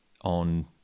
on